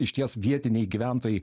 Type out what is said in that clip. išties vietiniai gyventojai